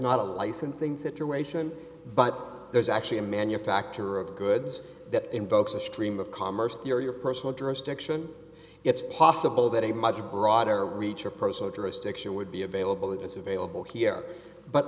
not a licensing situation but there's actually a manufacturer of goods that invokes the stream of commerce they are your personal jurisdiction it's possible that a much broader reach or personal jurisdiction would be available that is available here but